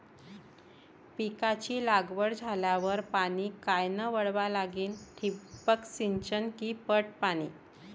पिकाची लागवड झाल्यावर पाणी कायनं वळवा लागीन? ठिबक सिंचन की पट पाणी?